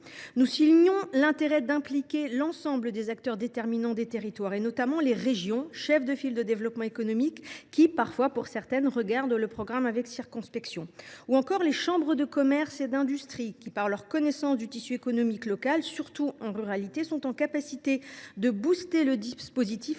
Nous soulignons l’intérêt d’impliquer l’ensemble des acteurs déterminants des territoires, notamment les régions, cheffes de file du développement économique, dont certaines regardent le programme avec circonspection, ou encore les chambres de commerce et d’industrie qui, par leur connaissance du tissu économique local, surtout dans les territoires ruraux, sont en mesure de booster le dispositif